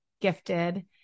gifted